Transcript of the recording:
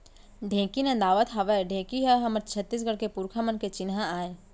ढेंकी नदावत हावय ढेंकी ह हमर छत्तीसगढ़ के पुरखा मन के चिन्हा आय